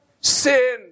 sin